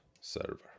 server